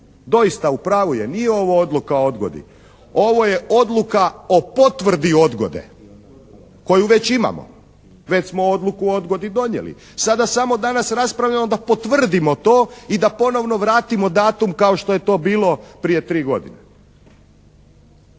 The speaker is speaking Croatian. Doista, u pravu je, nije ovo odluka o odgodi. Ovo je odluka o potvrdi odgode koju već imamo. Već smo odluku o odgodi donijeli, sada samo danas raspravljamo da potvrdimo to i da ponovno vratimo datum kao što je to bilo prije 3 godine.